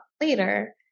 later